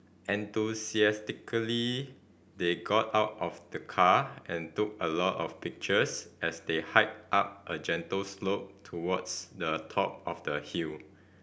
enthusiastically they got out of the car and took a lot of pictures as they hiked up a gentle slope towards the top of the hill